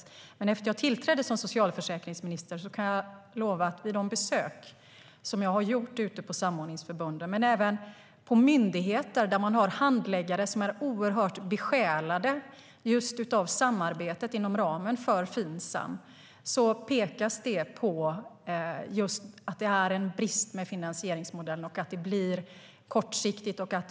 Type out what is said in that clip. Efter att jag tillträdde som socialförsäkringsminister kan jag lova att vid de besök som jag har gjort på samordningsförbunden och på olika myndigheter har jag kommit i kontakt med handläggare som är oerhört besjälade av samarbetet inom ramen för Finsam. Men det har påpekats att det finns en brist i finansieringsmodellen på grund av kortsiktigheten.